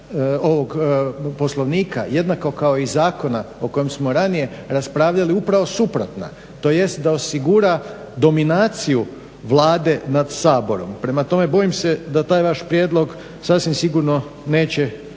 ovog Poslovnika jednako kao i zakona o kojem smo ranije raspravljali upravo suprotna tj. da osigura dominaciju Vlade nad Saborom. Prema tome, bojim se da taj vaš prijedlog sasvim sigurno neće